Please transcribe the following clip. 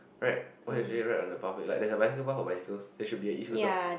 right why usually ride on the pathway there should a bicycle path for bicycle there should be a Escooter